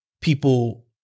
people